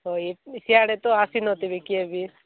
ହଉ ସିଆଡ଼େ ତ ଆସିନଥିବେ କିଏ ବି